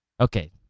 Okay